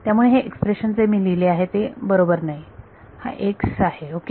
त्यामुळे हे एक्सप्रेशन जे मी लिहिले आहे ते बरोबर नाही हा x आहे ओके